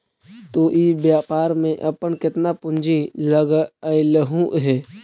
तु इ व्यापार में अपन केतना पूंजी लगएलहुं हे?